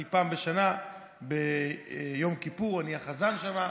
פעם בשנה ביום כיפור אני החזן שם,